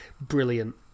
Brilliant